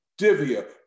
Divya